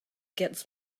gets